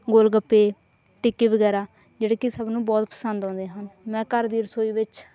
ਗੋਲ ਗੱਪੇ ਟਿੱਕੀ ਵਗੈਰਾ ਜਿਹੜੇ ਕਿ ਸਭ ਨੂੰ ਬਹੁਤ ਪਸੰਦ ਆਉਂਦੇ ਹਨ ਮੈਂ ਘਰ ਦੀ ਰਸੋਈ ਵਿੱਚ